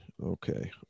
Okay